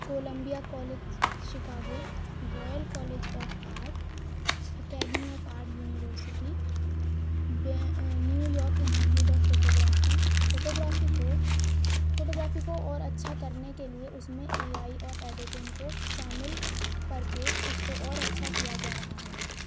Colombia college Chicago royal college of art academy of art university new York institute of photography photography کو photography کو اور اچھا کرنے کے لیے اس میں اے آئی اور ایڈیٹنگ کو شامل کر کے اس کو اور اچھا کیا جا رہا ہے